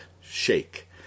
shake